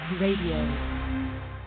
radio